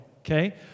okay